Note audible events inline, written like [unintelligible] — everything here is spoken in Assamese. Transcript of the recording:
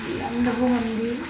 [unintelligible]